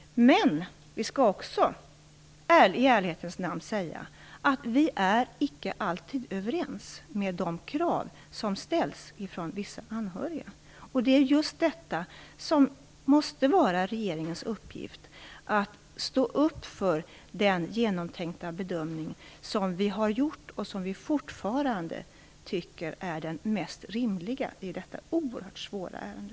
Men vi skall också i ärlighetens namn säga att vi inte alltid är överens när det gäller de krav som ställs från vissa anhöriga. Det måste vara regeringens uppgift att stå upp för den genomtänkta bedömning som vi har gjort och som vi fortfarande tycker är den mest rimliga i detta oerhört svåra ärende.